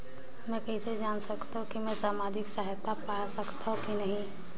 मै कइसे जान सकथव कि मैं समाजिक सहायता पा सकथव या नहीं?